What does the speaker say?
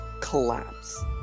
collapse